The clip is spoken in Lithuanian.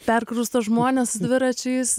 perkrausto žmones su dviračiais